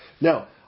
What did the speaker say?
Now